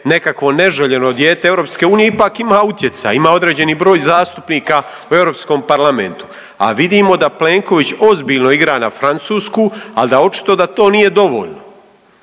nekakvo neželjeno dijete EU ipak ima utjecaj, ima određeni broj zastupnika u Europskom parlamentu. A vidimo da Plenković ozbiljno igra na Francusku, ali da očito da to nije dovoljno.